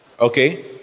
Okay